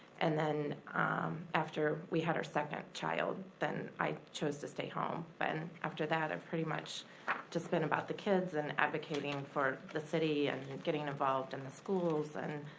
and then after we had our second child then i chose to stay home. but and after that i've pretty much just been about the kids and advocating for the city and getting involved in the schools.